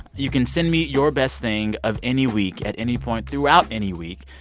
you can send me your best thing of any week at any point throughout any week.